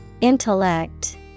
Intellect